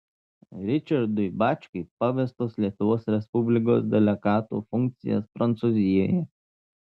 ričardui bačkiui pavestos lietuvos respublikos delegato funkcijas prancūzijoje